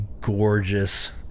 gorgeous